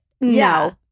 no